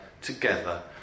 together